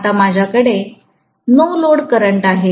आता हे माझ्याकडे नो लोड करंटआहे